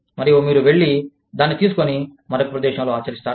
మరియు మీరు వెళ్లి దాన్ని తీసుకొని మరొక ప్రదేశంలో ఆచరిస్తారు